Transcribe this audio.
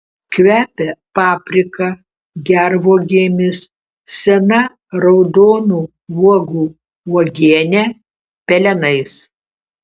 kvepia paprika gervuogėmis sena raudonų uogų uogiene pelenais